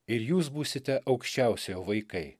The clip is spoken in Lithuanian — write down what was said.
ir jūs būsite aukščiausiojo vaikai